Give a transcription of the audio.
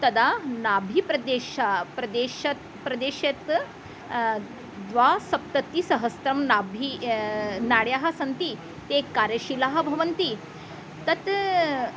तदा नाभिप्रदेशे प्रदेशे प्रदेशत् द्विसप्ततिसहस्रं नाभिः नाड्याः सन्ति ते कार्यशीलाः भवन्ति तत्